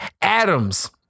Adams